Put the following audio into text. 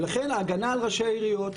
ולכן ההגנה על ראשי העיריות,